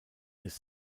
his